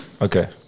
Okay